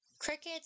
Crickets